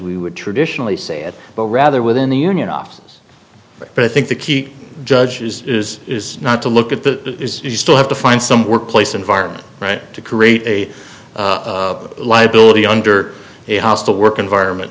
we would traditionally say it but rather within the union offices but i think the key judge is not to look at the you still have to find some workplace environment right to create a liability under a hostile work environment